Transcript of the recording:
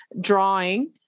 drawing